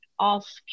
ask